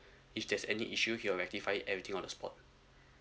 if there's any issue he will rectify it everything on the spot